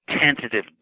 Tentative